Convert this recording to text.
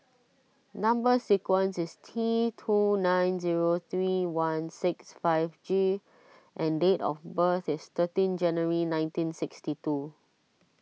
Number Sequence is T two nine zero three one six five G and date of birth is thirteen January nineteen sixtytwo